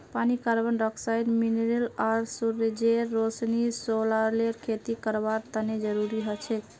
पानी carbon dioxide mineral आर सूरजेर रोशनी शैवालेर खेती करवार तने जरुरी हछेक